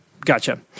Gotcha